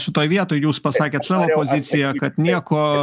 šitoj vietoj jūs pasakėt savo poziciją kad nieko